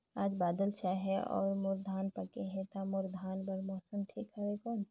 आज बादल छाय हे अउर मोर धान पके हे ता मोर धान बार मौसम ठीक हवय कौन?